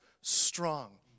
strong